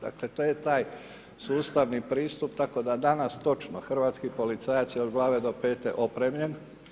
Dakle, to je taj sustavni pristup, tako da danas točno hrvatski policajac je od glave do pete opremljen.